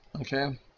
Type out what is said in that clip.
Okay